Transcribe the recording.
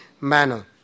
manner